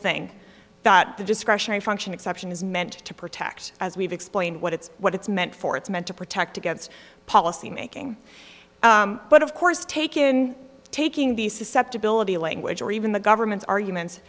the discretionary function exception is meant to protect as we've explained what it's what it's meant for it's meant to protect against policymaking but of course to take in taking the susceptibility language or even the government's argument